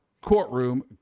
courtroom